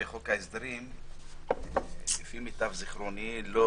לפי מיטב זיכרוני,